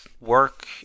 work